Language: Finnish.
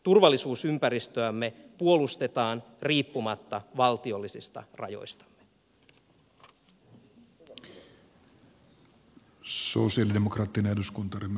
turvallisuusympäristöämme puolustetaan riippumatta valtiollisista rajoistamme